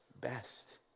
best